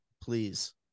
please